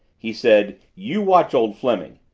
he said, you watch old fleming.